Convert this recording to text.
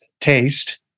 taste